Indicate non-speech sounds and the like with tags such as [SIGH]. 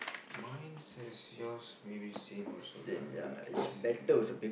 mine says yours maybe same also lah because [NOISE]